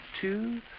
two